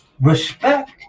respect